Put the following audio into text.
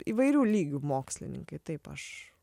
įvairių lygių mokslininkai taip aš